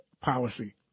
policy